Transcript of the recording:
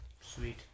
sweet